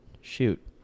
shoot